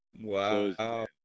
wow